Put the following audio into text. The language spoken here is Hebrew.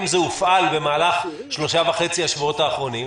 זה הופעל במהלך שלושה וחצי השבועות האחרונים.